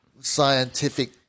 scientific